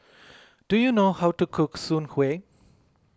do you know how to cook Soon Kueh